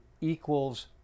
equals